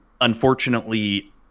Unfortunately